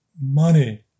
money